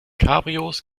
cabrios